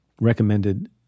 recommended